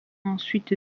ensuite